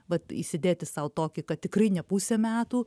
vat įsidėti sau tokį kad tikrai ne pusę metų